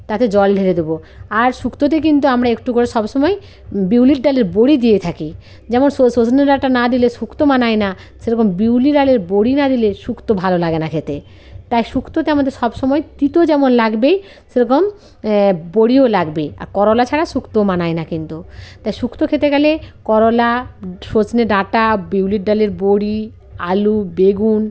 তাতে জল ঢেলে দেব আর শুক্ততে কিন্তু আমরা একটু করে সব সময় বিউলির ডালের বড়ি দিয়ে থাকি যেমন সজনে ডাটা না দিলে শুক্ত মানায় না সেরকম বিউলি ডালের বড়ি না দিলে শুক্ত ভালো লাগে না খেতে তাই শুক্ততে আমাদের সব সময় তিতো যেমন লাগবেই সেরকম বড়িও লাগবে আর করলা ছাড়া শুক্তও মানায় না কিন্তু তাই শুক্ত খেতে গেলে করলা সজনে ডাটা বিউলির ডালের বড়ি আলু বেগুন